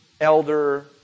elder